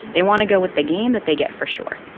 they want to go with the gain that they get for sure.